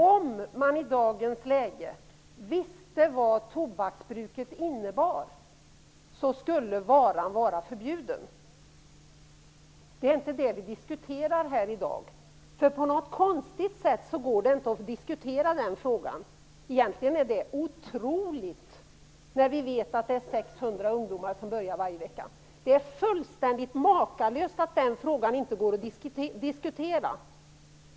Om man i dagens läge visste vad tobaksbruket innebar skulle varan vara förbjuden. Det är inte det vi diskuterar här i dag. På något konstigt sätt går det inte att diskutera den frågan. Egentligen är det otroligt. Vi vet ju att 600 ungdomar börjar röka varje vecka. Det är fullständigt makalöst att den frågan inte går att diskutera.